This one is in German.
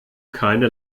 keine